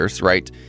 Right